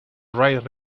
ride